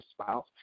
spouse